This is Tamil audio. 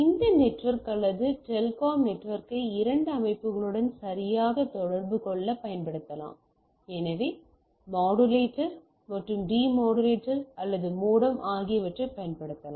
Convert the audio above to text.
இந்த நெட்வொர்க் அல்லது டெல்காம் நெட்வொர்க்கை இரண்டு அமைப்புகளுடன் சரியாக தொடர்பு கொள்ள பயன்படுத்தலாம் எனவே மாடுலேட்டர் மற்றும் டீமாடுலேட்டர் அல்லது மோடம் ஆகியவற்றைப் பயன்படுத்தலாம்